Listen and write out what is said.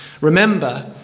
Remember